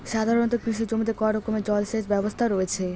সাধারণত কৃষি জমিতে কয় রকমের জল সেচ ব্যবস্থা রয়েছে?